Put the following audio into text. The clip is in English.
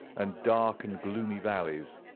and dark and gloomy valleys.